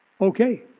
Okay